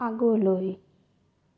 আগলৈ